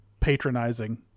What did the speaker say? patronizing